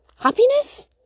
Happiness